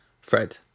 Fred